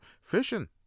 Fishing